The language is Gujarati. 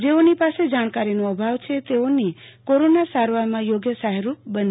જેઓની પાસે જાણકારીનો અભાવ છે તેઓની કોરોના સારવારમાં યોગ્ય સહાયરૂપ બને